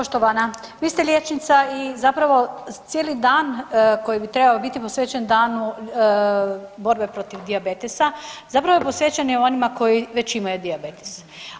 Poštovana, vi ste liječnica i zapravo cijeli dan koji bi trebao biti posvećen danu borbe protiv dijabetesa zapravo je posvećen i onima koji već imaju dijabetes.